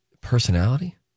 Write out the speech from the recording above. personality